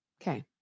Okay